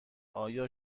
آیا